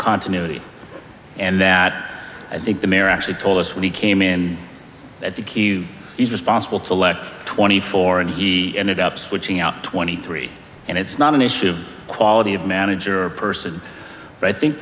continuity and that i think the mayor actually told us when he came in at the key is responsible to elect twenty four and he he ended up switching out twenty three and it's not an issue of quality of manager or person but i think